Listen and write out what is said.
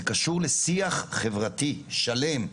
זה קשור לשיח חברתי שלם,